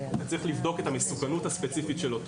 אתה צריך לבדוק את המסוכנות הספציפית שלו